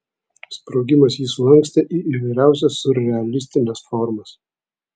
sprogimas jį sulankstė į įvairiausias siurrealistines formas